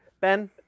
Ben